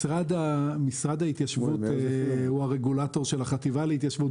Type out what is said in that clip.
משרד ההתיישבות הוא הרגולטור של החטיבה להתיישבות.